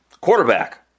Quarterback